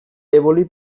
eboli